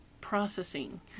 processing